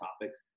topics